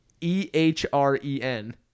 E-H-R-E-N